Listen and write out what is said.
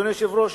אדוני היושב-ראש,